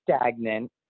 stagnant